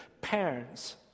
parents